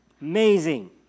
Amazing